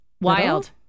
wild